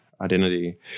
identity